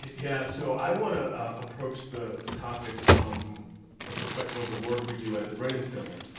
yeah so i wanna approach the the topic from the perspective of the work we do at the brennan center,